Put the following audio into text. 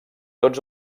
tots